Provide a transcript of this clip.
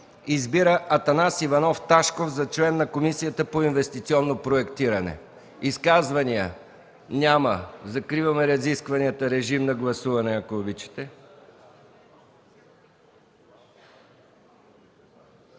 Избира Атанас Иванов Ташков за член на Комисията по инвестиционно проектиране.” Изказвания? Няма. Закриваме разискванията. Режим на гласуване, ако обичате.